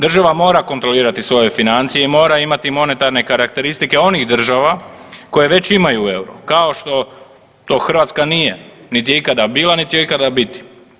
Država mora kontrolirati svoje financije i mora imati monetarne karakteristike onih država koje već imaju euro, kao što to Hrvatska nije niti je ikada bila niti će ikada biti.